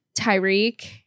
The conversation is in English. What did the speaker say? Tyreek